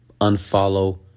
unfollow